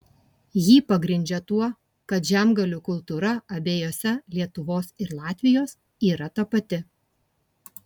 jį pagrindžia tuo kad žemgalių kultūra abiejose lietuvos ir latvijos yra tapati